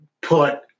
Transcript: put